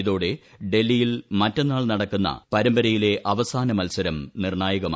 ഇതോടെ ഡൽഹിയിൽ മറ്റന്നാൾ നടക്കുന്ന പരമ്പരയിലെ അവസാന മത്സരം നിർണ്ണായകമായി